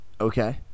Okay